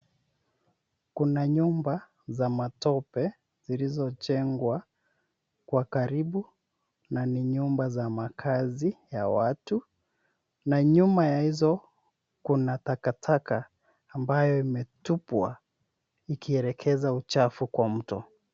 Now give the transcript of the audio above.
Kuna nyumba za matope zilizojengwa kwa karibu na ni nyumba za makazi ya watu na nyuma ya hizo kuna takataka ambayo imetupwa ikielekeza uchafu kwa mto.